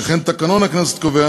שכן תקנון הכנסת קובע